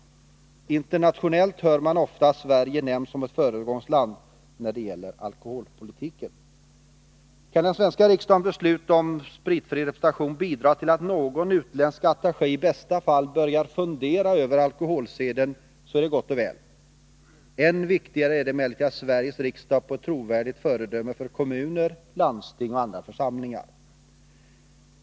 Internationellt hör man ofta Sverige nämnas som ett föregångsland när det gäller alkoholpolitiken. Kan den svenska riksdagens beslut om spritfri representation bidra till att någon utländsk attaché i bästa fall börjar fundera över alkoholseden, så är det gott och väl. Än viktigare är det emellertid att Sveriges riksdag är trovärdigt föredöme för kommuner, landsting och andra församlingar.